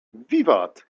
wiwat